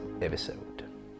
episode